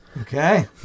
Okay